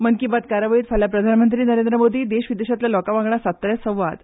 मन की बात कार्यावळींत फाल्यां प्रधानमंत्री नरेंद्र मोदी देशविदेशांतल्या लोकां वांगडा सादतले संवाद